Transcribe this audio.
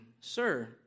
Sir